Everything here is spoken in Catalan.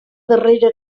darrera